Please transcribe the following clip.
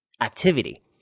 activity